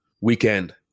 weekend